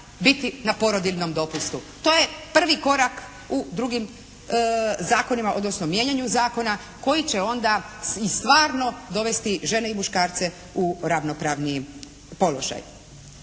biti na porodiljnom dopustu. To je prvi korak u drugim zakonima odnosno mijenjanju zakona koji će onda i stvarno dovesti žene i muškarce u ravnopravniji položaj.